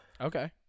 Okay